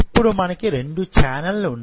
ఇప్పుడు మనకు రెండు ఛానళ్లు ఉన్నాయి